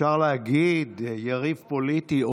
אפשר להגיד "יריב פוליטי".